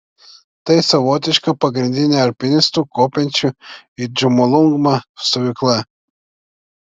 tai savotiška pagrindinė alpinistų kopiančių į džomolungmą stovykla